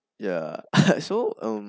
ya so um